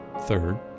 Third